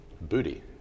booty